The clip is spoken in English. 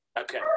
Okay